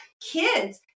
kids